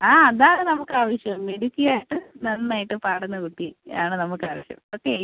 ആ അതാണ് നമുക്ക് ആവശ്യം മിടുക്കിയായിട്ട് നന്നായിട്ട് പാടുന്ന കുട്ടി ആണ് നമുക്ക് ആവശ്യം ഓക്കെ